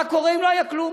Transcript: מה קורה אם לא היה כלום?